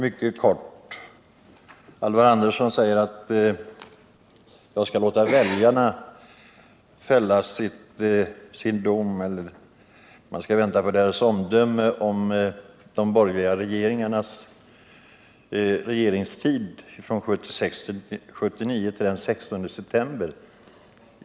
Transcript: Herr talman! Alvar Andersson säger att jag skall vänta och låta väljarna fälla sitt omdöme om de borgerliga regeringarnas regeringstid från 1976 till 1979 på valdagen den 16 september.